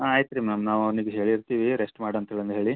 ಆಯ್ತು ರೀ ಮ್ಯಾಮ್ ನಾವು ಅವ್ನಿಗೆ ಹೇಳಿರ್ತೀವಿ ರೆಸ್ಟ್ ಮಾಡಲಂತಂದು ಹೇಳಿ